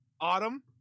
autumn